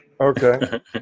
Okay